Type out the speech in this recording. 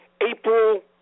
April